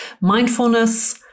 mindfulness